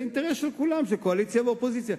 זה אינטרס של כולם, של קואליציה ושל אופוזיציה.